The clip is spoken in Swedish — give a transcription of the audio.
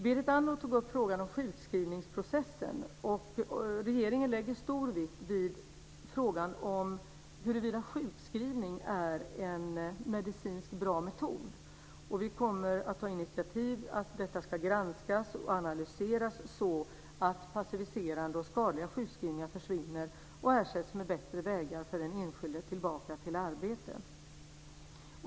Berit Andnor tog upp frågan om sjukskrivningsprocessen. Regeringen lägger stor vikt vid frågan om huruvida sjukskrivning är en medicinskt bra metod. Och vi kommer att ta initiativ till att detta ska granskas och analyseras, så att passiviserande och skadliga sjukskrivningar försvinner och ersätts med bättre vägar för den enskilde tillbaka till arbete.